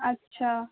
اچھا